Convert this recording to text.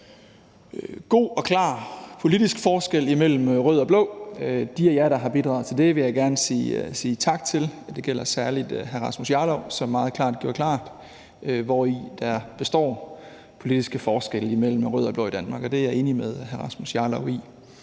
god og klar politisk forskel imellem rød og blå blok. De af jer, der har bidraget til det, vil jeg gerne sige tak – og det gælder særlig hr. Rasmus Jarlov, som meget tydeligt gjorde det klart, hvori den politiske forskel mellem rød og blå blok består. Det er jeg enig med hr. Rasmus Jarlov i.